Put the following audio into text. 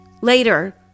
Later